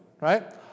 right